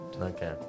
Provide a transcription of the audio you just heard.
Okay